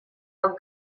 how